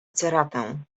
ceratę